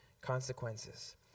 consequences